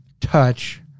touch